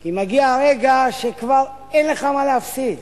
כי מגיע הרגע שכבר אין לך מה להפסיד,